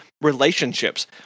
relationships –